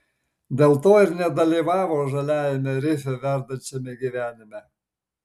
dėl to ir nedalyvavo žaliajame rife verdančiame gyvenime